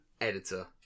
editor